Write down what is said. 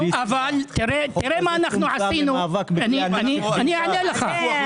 החוק הזה צומצם למאבק בכלי הנשק.